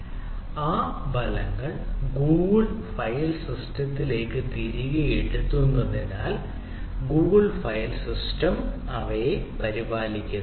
അതിനാൽ ഫലങ്ങൾ Google file സിസ്റ്റത്തിലേക്ക് തിരികെ എഴുതുന്നതിനാൽ ഗൂഗിൾഫയൽ സിസ്റ്റം അവയെ പരിപാലിക്കുന്നു